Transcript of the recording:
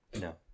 No